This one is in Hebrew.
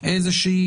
איזושהי